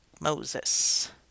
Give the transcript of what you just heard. moses